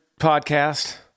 podcast